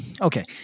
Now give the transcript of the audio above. okay